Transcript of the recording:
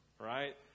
right